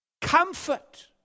comfort